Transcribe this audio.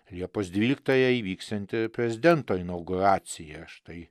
liepos dvyliktąją įvyksianti prezidento inauguracija štai